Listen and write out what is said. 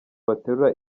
baterura